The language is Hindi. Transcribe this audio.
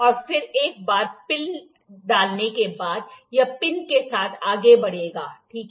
और एक बार पिन डालने के बाद यह पिन के साथ आगे बढ़ेगा ठीक है